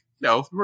no